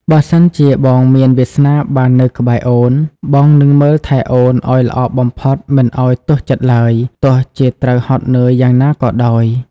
បើសិនជាបងមានវាសនាបាននៅក្បែរអូន បងនឹងមើលថែអូនឱ្យល្អបំផុតមិនឱ្យទាស់ចិត្តឡើយ ទោះជាត្រូវហត់នឿយយ៉ាងណាក៏ដោយ។